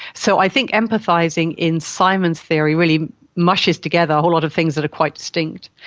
so i think empathising in simon's theory really mushes together a whole lot of things that are quite distinct.